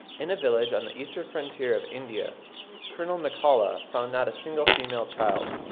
in a village on the eastern frontier of india colonel macculloch found not a single female child.